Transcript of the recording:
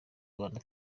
rwanda